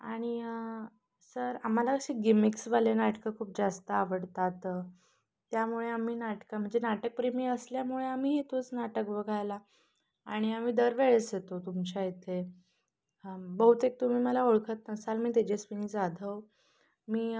आणि सर आम्हाला अशी गिमिक्सवाले नाटकं खूप जास्त आवडतात त्यामुळे आम्ही नाटकं म्हणजे नाटकप्रेमी असल्यामुळे आम्ही येतोच नाटक बघायला आणि आम्ही दरवेळेस येतो तुमच्या इथे बहुतेक तुम्ही मला ओळखत नसाल मी तेजस्विनी जाधव मी